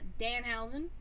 danhausen